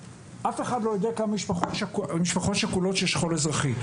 אף אחד לא יודע כמה משפחות שכולות של שכול אזרחי.